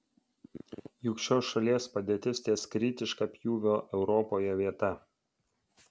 juk šios šalies padėtis ties kritiško pjūvio europoje vieta